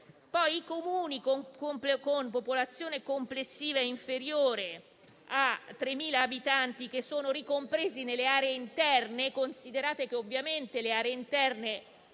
poi, ai Comuni con popolazione complessiva inferiore a 3.000 abitanti ricompresi nelle aree interne - considerate che ovviamente queste